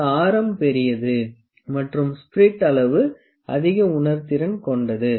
இந்த ஆரம் பெரியது மற்றும் ஸ்பிரிட் அளவு அதிக உணர்திறன் கொண்டது